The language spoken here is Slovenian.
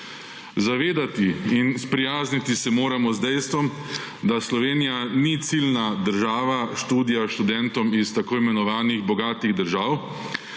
Zavedati in sprijazniti se moramo z dejstvom, da Slovenija ni ciljna država študija študentom iz tako imenovanih bogatih držav